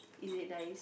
is it nice